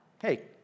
hey